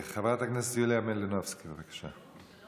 חברת הכנסת יוליה מלינובסקי, בבקשה.